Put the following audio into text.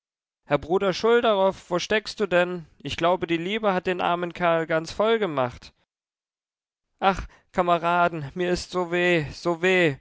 herr bruder schulderoff wo steckst du denn ich glaube die liebe hat den armen kerl ganz voll gemacht ach kameraden mir ist so weh so weh